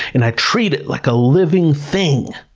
and i treat it like a living thing